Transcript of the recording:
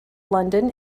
london